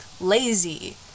lazy